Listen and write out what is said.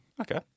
Okay